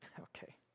Okay